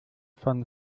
von